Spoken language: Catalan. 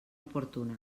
oportuna